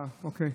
אוקיי.